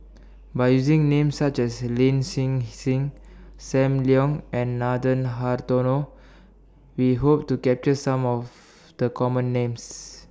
By using Names such as Lin Hsin Hsin SAM Leong and Nathan Hartono We Hope to capture Some of The Common Names